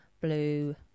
blue